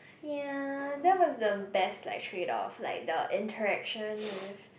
ya that was the best like trade off like the interaction with